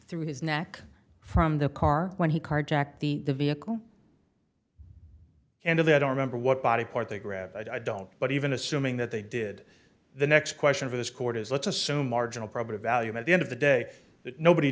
through his neck from the car when he carjacked the the vehicle and of the i don't remember what body part they grabbed i don't but even assuming that they did the next question for this court is let's assume marginal probably value at the end of the day that nobody